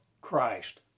Christ